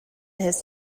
his